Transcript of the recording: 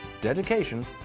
dedication